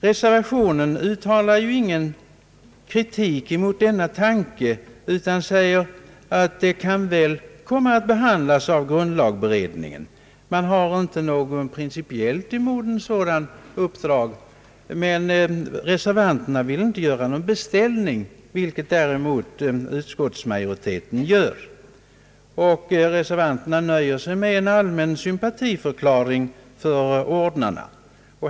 Reservationen uttalar ju ingen kritik mot denna tanke utan säger att detta väl kan komma att behandlas av grundlagberedningen. Reservanterna har inte något principiellt emot ett sådant uppdrag, men de vill inte göra någon beställning, vilket däremot utskottsmajoriteten gör. Reservanterna nöjer sig med en allmän sympatiförklaring för ordnarna.